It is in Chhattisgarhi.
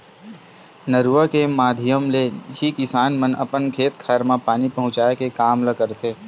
नरूवा के माधियम ले ही किसान मन अपन खेत खार म पानी पहुँचाय के काम ल करथे